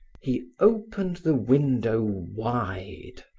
he opened the window wide,